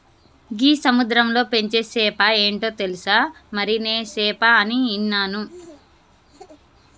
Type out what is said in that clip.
గీ సముద్రంలో పెంచే సేప ఏంటో తెలుసా, మరినే సేప అని ఇన్నాను